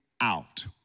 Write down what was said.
out